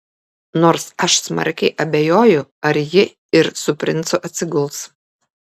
nors aš smarkiai abejoju ar ji ir su princu atsiguls